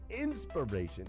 inspiration